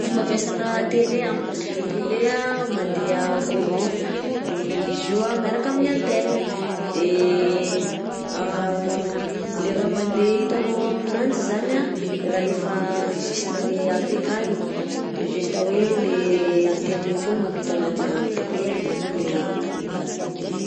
Fomba fiasana télé: télé mandeha courant de izy io miaraka amin'antenne, de le raha mandeha hitanao aminanjy zany raha efa enregistrer avy akagny de juste hoe le antenne igny fogna mampita ananjy amin'ny télé de igny le hitanao mivantagna akeo fogna.